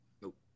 Nope